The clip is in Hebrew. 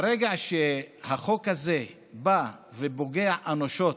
ברגע שהחוק הזה בא ופוגע אנושות,